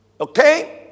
Okay